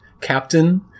captain